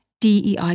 DEI